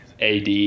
AD